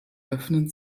öffnen